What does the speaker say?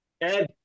Ed